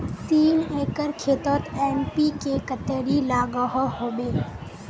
तीन एकर खेतोत एन.पी.के कतेरी लागोहो होबे?